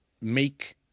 make